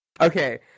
Okay